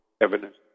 evidence